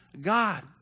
God